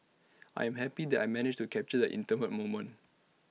I'm happy that I managed to capture the intimate moment